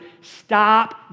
Stop